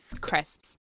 crisps